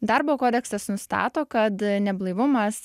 darbo kodeksas nustato kad neblaivumas